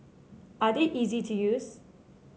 are they easy to use